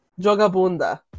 Jogabunda